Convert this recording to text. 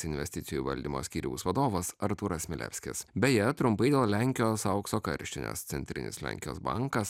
investicijų valdymo skyriaus vadovas artūras milevskis beje trumpai dėl lenkijos aukso karštinės centrinis lenkijos bankas